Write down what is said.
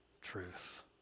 truth